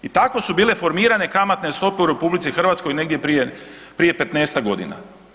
I tako su bile formirane kamatne stope u RH negdje prije 15-tak godina.